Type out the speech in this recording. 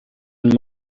and